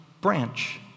branch